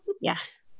yes